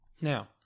now